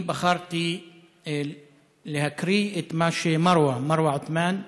אני בחרתי להקריא את מה שאמרה מרווה עותמאן,